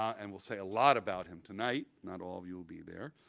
and we'll say a lot about him tonight. not all of you will be there.